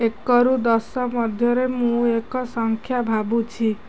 ଏକରୁ ଦଶ ମଧ୍ୟରେ ମୁଁ ଏକ ସଂଖ୍ୟା ଭାବୁଛି